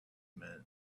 meant